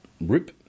rip